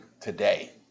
today